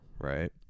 right